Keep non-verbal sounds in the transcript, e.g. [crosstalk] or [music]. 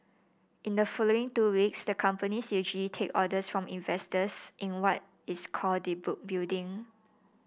in the following two weeks the company [unintelligible] take orders from investors in what is called the book building